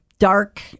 Dark